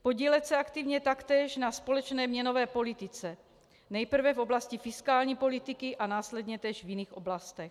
Podílet se aktivně taktéž na společné měnové politice nejprve v oblasti fiskální politiky a následně též v jiných oblastech.